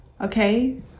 okay